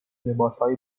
لباسهای